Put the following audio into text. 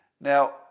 Now